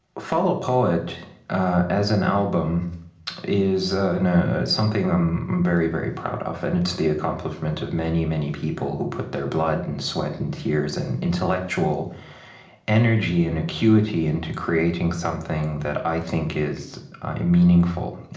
follow, poet as an album is ah something i'm very, very proud of. and it's the accomplishment of many, many people who put their blood and sweat and tears and intellectual energy and acuity into creating something that i think is meaningful.